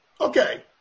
Okay